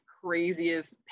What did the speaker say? craziest